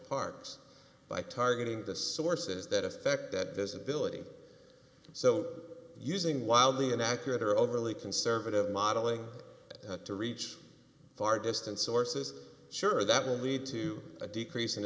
targeting the sources that affect that visibility so using wildly inaccurate or overly conservative modeling to reach far distant sources sure that will lead to a decrease in